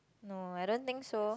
no I don't think so